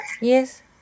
Yes